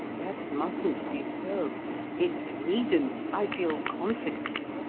that mustn't be so it needn't, i feel confident.